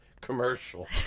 commercial